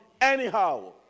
anyhow